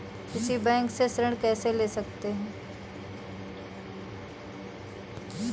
किसी बैंक से ऋण कैसे ले सकते हैं?